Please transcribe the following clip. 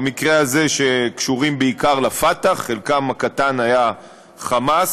שבמקרה הזה קשורים בעיקר ל"פתח" חלקם הקטן היה מ"חמאס"